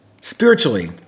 spiritually